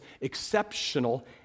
exceptional